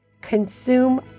consume